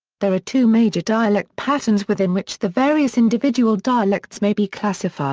there are two major dialect patterns within which the various individual dialects may be classified